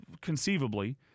conceivably